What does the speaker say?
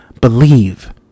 believe